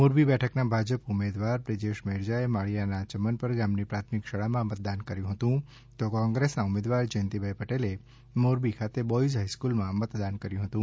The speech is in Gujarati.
મોરબી બેઠકના ભાજપ ઉમેદવાર બ્રિજેશ મેરજાએ માળિયાના ચમનપર ગામની પ્રાથમિક શાળામાં મતદાન કર્યું હતું તો કોંગ્રેસ ના ઉમેદવાર જયંતીભાઈ પટેલે મોરબી ખાતે બોયઝ હાઈસ્ક્રલમાં મતદાન કર્યું હતું